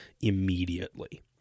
immediately